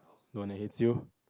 no leh it's you